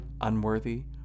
unworthy